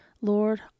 Lord